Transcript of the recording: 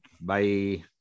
Bye